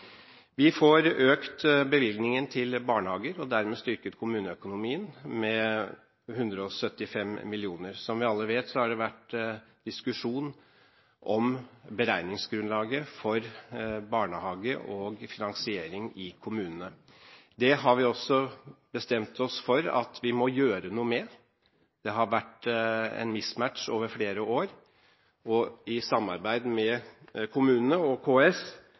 Vi får økt bevilgningen til barnehager og dermed styrket kommuneøkonomien med 175 mill. kr. Som vi alle vet, har det vært diskusjon om beregningsgrunnlaget for barnehage og finansiering i kommunene. Det har vi også bestemt oss for at vi må gjøre noe med. Det har vært en «mismatch» over flere år, og i samarbeid med kommunene og KS